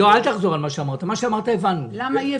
משה, למה אתה